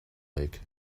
lake